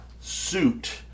suit